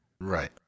Right